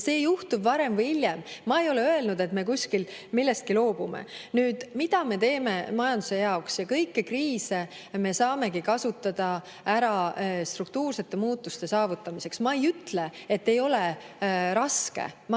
see juhtub varem või hiljem. Ma ei ole öelnud, et me kuskil millestki loobume. Nüüd, mida me teeme majanduse jaoks? Kõiki kriise me saamegi kasutada ära struktuursete muutuste saavutamiseks. Ma ei ütle, et ei ole raske,